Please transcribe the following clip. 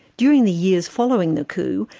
during the years following the coup,